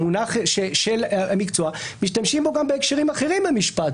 המונח של המקצוע משתמשים בו גם בהקשרים אחרים במשפט,